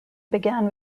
began